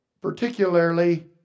particularly